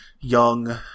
young